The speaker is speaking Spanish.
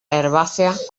herbácea